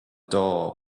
door